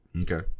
Okay